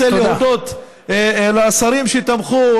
אני רוצה להודות לשרים שתמכו,